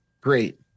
Great